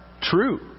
true